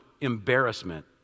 embarrassment